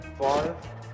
Five